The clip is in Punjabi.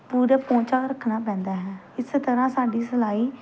ਪੂਰਾ ਪੌਂਚਾ ਰੱਖਣਾ ਪੈਂਦਾ ਹੈ ਇਸ ਤਰ੍ਹਾਂ ਸਾਡੀ ਸਿਲਾਈ